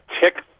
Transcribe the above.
tick